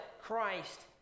Christ